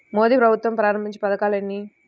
మోదీ ప్రభుత్వం ప్రారంభించిన పథకాలు ఎన్ని?